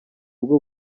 bwo